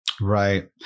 Right